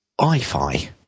iFi